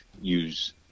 use